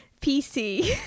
PC